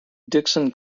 dickson